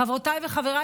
חברותיי וחבריי,